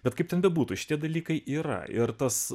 bet kaip ten bebūtų šie dalykai yra ir tas